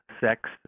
sex